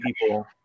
people